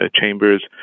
chambers